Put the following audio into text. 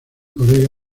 colega